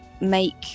make